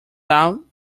out